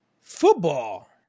Football